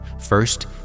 First